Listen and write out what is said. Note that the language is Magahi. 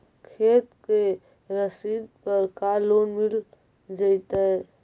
खेत के रसिद पर का लोन मिल जइतै?